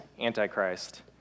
Antichrist